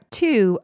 two